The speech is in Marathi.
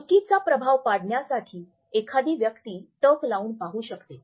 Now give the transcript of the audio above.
चुकीचा प्रभाव पाडण्यासाठी एखादी व्यक्ती टक लावून पाहू शकते